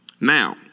Now